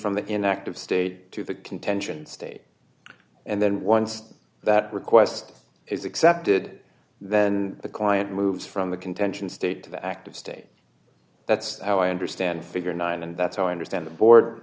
from the inactive state to the contention stage and then once that request is accepted then the client moves from the contention state to the active state that's how i understand figure nine and that's how i understand the board